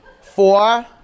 Four